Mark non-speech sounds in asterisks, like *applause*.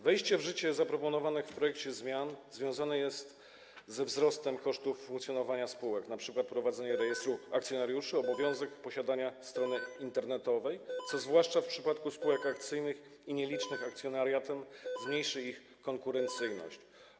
Wejście w życie zaproponowanych w projekcie zmian związane jest ze wzrostem kosztów funkcjonowania spółek - np. prowadzenie *noise* rejestru akcjonariuszy, obowiązek posiadania strony internetowej - co, zwłaszcza w przypadku spółek akcyjnych z nielicznym akcjonariatem, zmniejszy ich konkurencyjność.